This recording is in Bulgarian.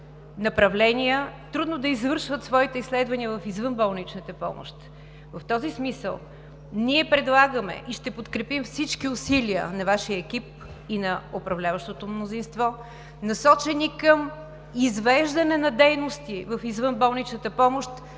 направления и трудно да извършват своите изследвания в извънболничната помощ. В този смисъл ние предлагаме и ще подкрепим всички усилия на Вашия екип и на управляващото мнозинство, насочени към извеждане на дейности в извънболничната помощ,